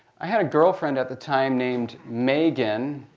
i had a girlfriend at the time named megan.